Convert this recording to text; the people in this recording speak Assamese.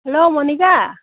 হেল্ল' মণিকা